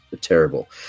terrible